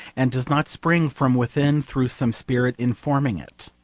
and does not spring from within through some spirit informing it.